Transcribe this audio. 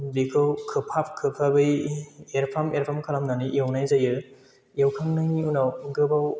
बिखौ खोबहाब खोबहाबै एरफ्राम एरफ्राम खालामनानै एवनाय जायो एवखांनायनि उनाव गोबाव